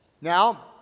Now